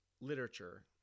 literature